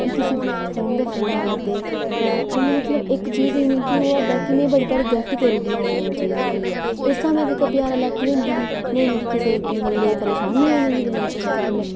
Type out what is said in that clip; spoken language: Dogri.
मिकी सिर्फ फोन गै फोन आवा दे अ'ऊं आं मतलब इक चीज जानी केह् होआ दा कि में बड़ी भारी गल्ती करी ओड़ी आनलाइन चीज नुआइयै इस स्हाबै जेकर बजारा लैती दी होंदी ही नेईं मिकी किसै गल्लै दी परेशानी होनी ही ते नेईं किश गल्ल